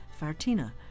Fartina